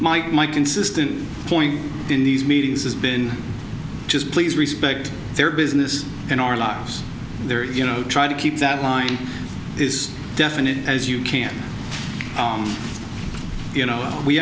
my my consistent point in these meetings has been just please respect their business and our lives there you know try to keep that line is definite as you can you know we